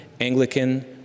Anglican